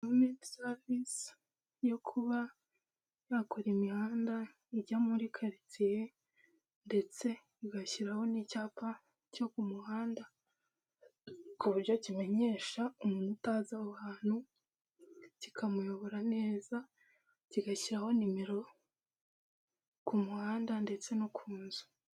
Kominiti savise yo kuba bakora imihanda ijya muri karitsiye ndetse igashyiraho n'icyapa cyo ku muhanda ku buryo kimenyesha umuntu utazi aho hantu, kikamuyobora neza, kigashyiraho nimero ku muhanda ndetse no ku nzu.